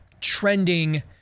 trending